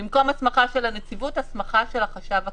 במקום הסמכה של הנציבות, הסמכה של החשב הכללי,